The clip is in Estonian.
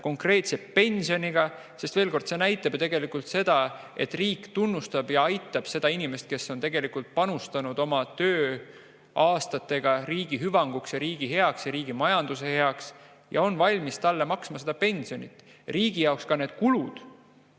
konkreetse pensioniga. Veel kord: see näitab ju tegelikult seda, et riik tunnustab ja aitab seda inimest, kes on panustanud oma tööaastatega riigi hüvanguks ja riigi heaks ja riigi majanduse heaks, ning on valmis talle maksma seda pensioni. Riigi jaoks ei ole ka need kulud